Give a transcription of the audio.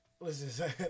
listen